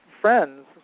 friends